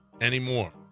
anymore